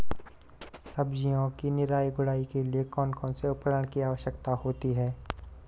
सब्जियों की निराई गुड़ाई के लिए कौन कौन से उपकरणों की आवश्यकता होती है?